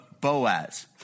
Boaz